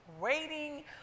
waiting